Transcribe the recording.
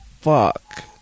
fuck